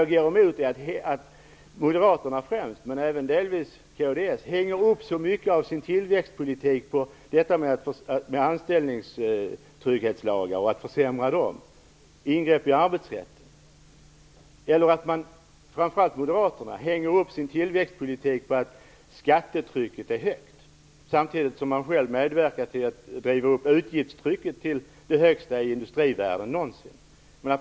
Jag går emot att främst Moderaterna men delvis även kds hänger upp så mycket av sin tillväxtpolitik på att försämra anställningstrygghetslagstiftningen och göra ingrepp i arbetsrätten. Framför allt Moderaterna hänger upp sin tillväxtpolitik på att skattetrycket är högt, samtidigt som man själv medverkar till att driva upp utgiftstrycket till det högsta någonsin i industrivärlden.